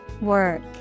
Work